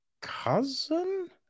cousin